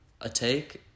Atake